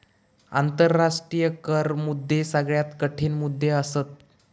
आंतराष्ट्रीय कर मुद्दे सगळ्यात कठीण मुद्दे असत